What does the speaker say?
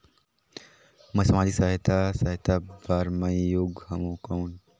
मैं समाजिक सहायता सहायता बार मैं योग हवं कौन?